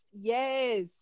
Yes